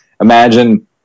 imagine